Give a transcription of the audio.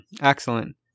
Excellent